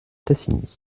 tassigny